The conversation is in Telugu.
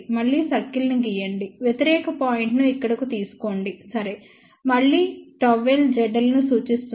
మళ్ళీ సర్కిల్ ని గీయండి వ్యతిరేక పాయింట్ ను ఇక్కడకు తీసుకోండి సరే మళ్ళీ ΓL ZL ను సూచిస్తుంది